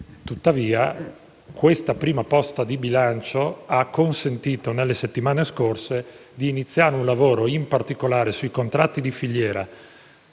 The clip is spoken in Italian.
tuttavia, che questa prima posta di bilancio ha consentito nelle settimane scorse di iniziare un'attività, in particolare sui contratti di filiera,